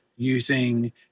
using